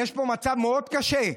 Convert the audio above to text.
יש פה מצב מאוד קשה.